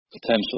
Potentially